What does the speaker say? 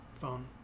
Phone